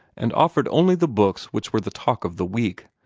and offered only the books which were the talk of the week.